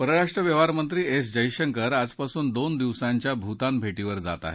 परराष्ट्र व्यवहारमंत्री एस जयशंकर आजपासून दोन दिवसांच्या भूतान भाष्प्र जात आहेत